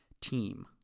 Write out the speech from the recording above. team